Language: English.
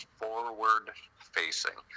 forward-facing